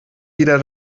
wieder